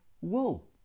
wool